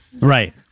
Right